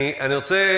אני רוצה